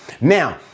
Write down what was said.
Now